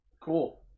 Cool